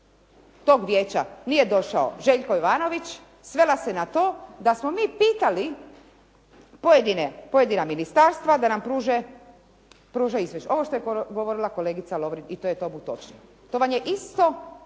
tog vijeća nije došao Željko Jovanović, svela se na to da smo mi pitali pojedina ministarstva da nam pruže izvješće. Ovo što je govorila kolegica Lovirn i to je točno. To vam je isto